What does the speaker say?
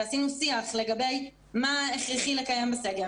ועשינו שיח לגבי מה הכרחי לקיים בסגר